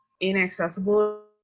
inaccessible